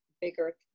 bigger